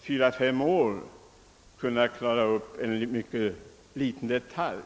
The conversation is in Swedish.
fyra, fem år inte kunnat klara upp en mycket liten detalj.